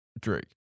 Drake